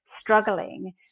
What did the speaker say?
struggling